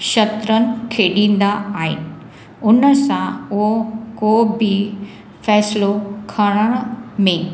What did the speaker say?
शतरंज खेॾींदा आहिनि उन सां को कोबि फ़ैसिलो खणणु में